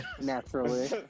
Naturally